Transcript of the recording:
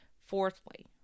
Fourthly